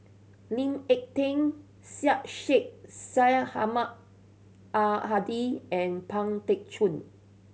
Lee Ek Tieng Syed Sheikh Syed Ahmad Al Hadi and Pang Teck Joon